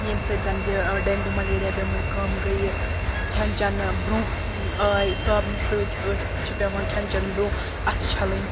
ییٚمہِ سۭتۍ زَنہٕ یہِ ڈینٛگو ملیریہ بٮ۪مٲر کَم گٔیہِ کھیٚن چیٚنہٕ برۄنٛہہ آے صابنہِ سۭتۍ ٲسۍ چھِ پیٚوان کھیٚن چیٚنہٕ برۄنٛہہ اَتھہٕ چھلٕنۍ